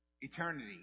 eternity